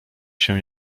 się